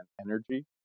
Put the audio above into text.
energy